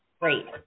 Great